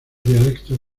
dialectos